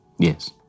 Yes